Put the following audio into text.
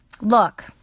Look